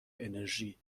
انرژی